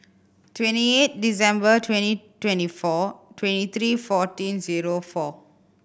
twenty eight December twenty twenty four twenty three fourteen zero four